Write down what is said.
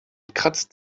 kratzt